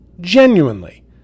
Genuinely